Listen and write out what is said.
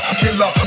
killer